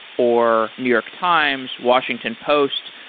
or new york times, washington post,